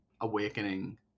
awakening